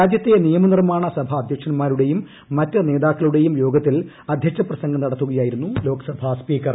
രാജ്യത്തെ നിയമനിർമ്മാണ സഭാ അദ്ധ്യക്ഷന്മാരുടേയും മറ്റ് നേതാക്കളുടെയും യോഗത്തിൽ അദ്ധ്യക്ഷ പ്രസംഗം നടത്തുകയായിരുന്നു ലോക്സഭാ സ്പീക്കർ